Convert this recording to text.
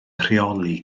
rheoli